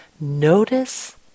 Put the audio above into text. notice